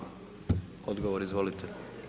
Odgovor, izvolite.